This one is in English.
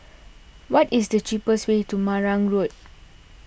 what is the cheapest way to Marang Road